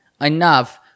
enough